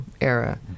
era